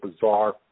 bizarre